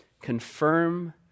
confirm